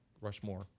Rushmore